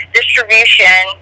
distribution